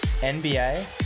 NBA